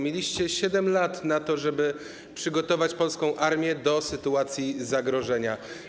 Mieliście 7 lat na to, żeby przygotować polską armię do sytuacji zagrożenia.